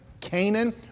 Canaan